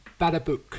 badabook